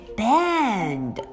band